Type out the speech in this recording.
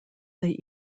they